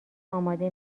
اماده